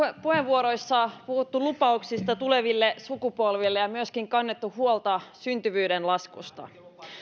puheenvuoroissa puhuttu lupauksista tuleville sukupolville ja myöskin kannettu huolta syntyvyyden laskusta